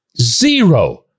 zero